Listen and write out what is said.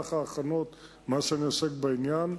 שבמהלך ההכנות, מאז שאני עוסק בעניין,